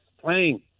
playing